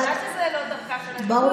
מפלגת הליכוד היא מפלגה ליברלית ומפוארת.